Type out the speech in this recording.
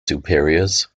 superiors